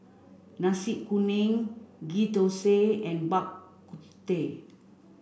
Nasi Kuning Ghee Thosai and Bak Kut Teh